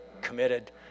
committed